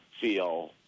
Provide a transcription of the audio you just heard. feel